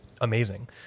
amazing